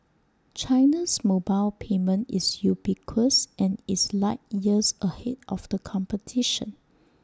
China's mobile payment is ubiquitous and is light years ahead of the competition